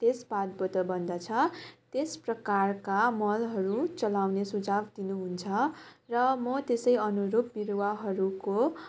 त्यस पातबाट बन्दछ त्यस प्रकारका मलहरू चलाउने सुझाउ दिनुहुन्छ र म त्यसैअनुरुप बिरुवाहरूको